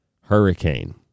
hurricane